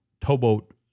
towboat